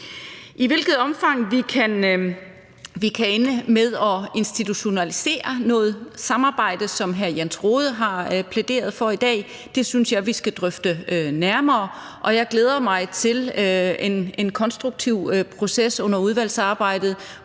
I hvilket omfang vi kan ende med at institutionalisere noget samarbejde, som hr. Jens Rohde har plæderet for i dag, synes jeg vi skal drøfte nærmere, og jeg glæder mig til en konstruktiv proces under udvalgsarbejdet,